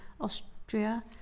Austria